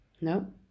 No